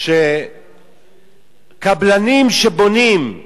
קבלנים שבונים,